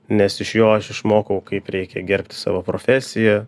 nes iš jo aš išmokau kaip reikia gerbti savo profesiją